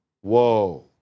Whoa